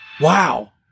Wow